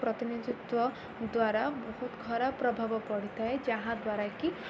ପ୍ରତିନିଧିତ୍ୱ ଦ୍ୱାରା ବହୁତ ଖରାପ ପ୍ରଭାବ ପଡ଼ିଥାଏ ଯାହାଦ୍ୱାରା କି